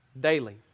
daily